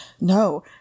No